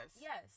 Yes